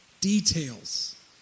details